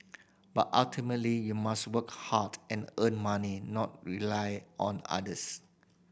but ultimately you must work hard and earn money not rely on others